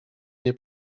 nie